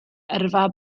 yrfa